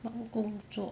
忙工作